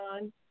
on